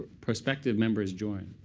prospective members join?